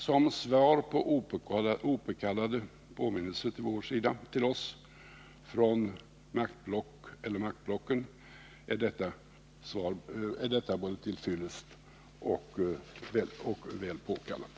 Som svar på opåkallade påminnelser till oss från maktblocken är detta till fyllest.